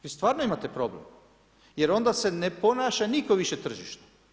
Vi stvarno imate problem, jer onda se ne ponaša nitko više tržišno.